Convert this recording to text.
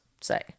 say